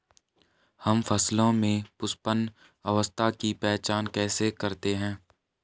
हम फसलों में पुष्पन अवस्था की पहचान कैसे करते हैं?